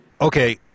Okay